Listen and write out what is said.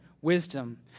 wisdom